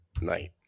Night